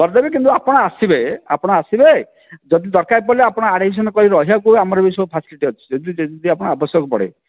କରିଦେବି କିନ୍ତୁ ଆପଣ ଆସିବେ ଆପଣ ଆସିବେ ଯଦି ଦରକାର ପଡ଼ିଲେ ଆପଣ ଆଡ଼ମିସନ୍ କରିଦେବା ରହିବାକୁ ଆମର ବି ସବୁ ଫେସଲିଟି ଅଛି ଯଦି ଆପଣ ଆବଶ୍ୟକ ପଡ଼େ